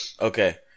Okay